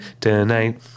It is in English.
tonight